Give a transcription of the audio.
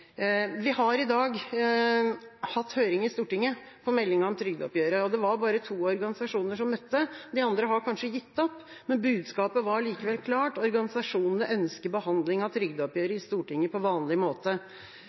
Vi har i dag hatt høring i Stortinget om meldinga om trygdeoppgjøret, og det var bare to organisasjoner som møtte. De andre har kanskje gitt opp, men budskapet var likevel klart: Organisasjonene ønsker behandling av trygdeoppgjøret i Stortinget på vanlig måte.